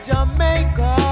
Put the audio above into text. Jamaica